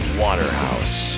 waterhouse